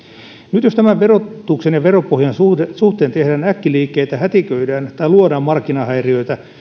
nyt jos tämän verotuksen ja veropohjan suhteen suhteen tehdään äkkiliikkeitä hätiköidään tai luodaan markkinahäiriöitä